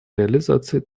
реализации